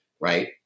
right